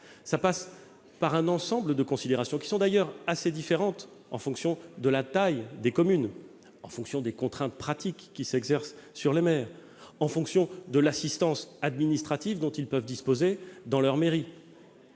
cela passe par un ensemble de considérations qui sont d'ailleurs assez différentes selon la taille des communes, selon les contraintes pratiques qui s'exercent sur les maires, selon l'assistance administrative dont ils peuvent disposer dans leur mairie.